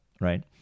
right